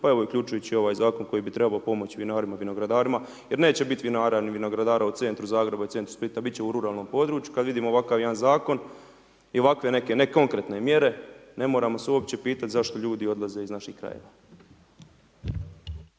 pa evo i uključujući ovaj zakon, koji bi trebao pomoći vinarima, vinogradarima, jer neće vinara i vinogradara u centru Zagreba i u centru Splita, biti će u ruralnom području, kada vidimo ovakav jedan zakon i ovakve neke nekonkretne mjere, ne moramo se uopće pitati zašto ljudi odlaze iz naših krajeva.